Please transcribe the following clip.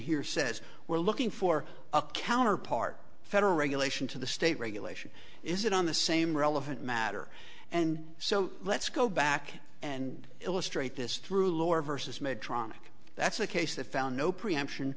here says we're looking for a counterpart federal regulation to the state regulation is it on the same relevant matter and so let's go back and illustrate this through lower versus made tronic that's a case that found no preemption